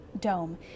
dome